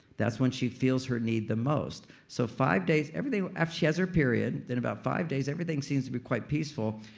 that's when she feels her need the most so five days. after she has her period, then about five days everything seems to be quite peaceful,